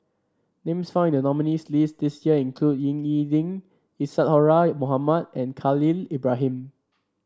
names found in the nominees' list this year include Ying E Ding Isadhora Mohamed and Khalil Ibrahim